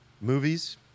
movies